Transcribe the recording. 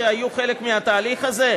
שהיו חלק מהתהליך הזה?